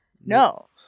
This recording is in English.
No